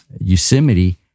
Yosemite